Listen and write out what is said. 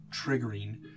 triggering